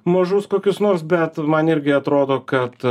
mažus kokius nors bet man irgi atrodo kad